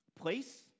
Place